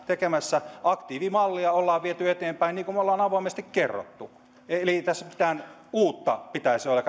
tekemässä aktiivimallia ollaan viety eteenpäin niin kuin me olemme avoimesti kertoneet eli ei tässä pitäisi olla